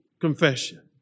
confession